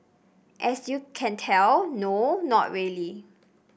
as you can tell no not really